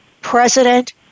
president